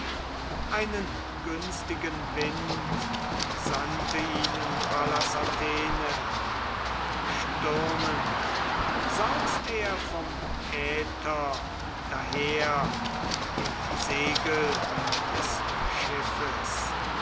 einen günstigen wind sandt ihnen pallas athene stürmend saust er vom äther daher in die segel des schiffes